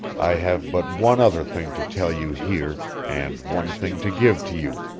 i have but one other thing to tell you here and one thing to give to you,